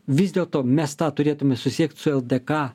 vis dėlto mes tą turėtume susisiekt su ldk